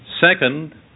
Second